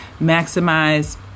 maximize